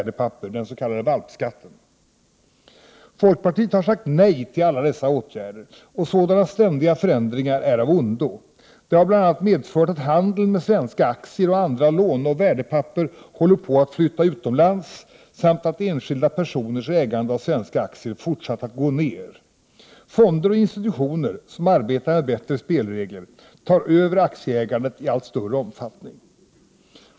De har bl.a. medfört att handeln med svenska aktier och andra låneoch värdepapper håller på att flytta utomlands samt att enskilda personers ägande av svenska aktier fortsatt att gå ned. Fonder och institutioner, som arbetar med bättre spelregler, tar över aktieägandet i allt större omfattning.